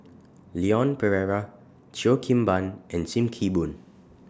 Leon Perera Cheo Kim Ban and SIM Kee Boon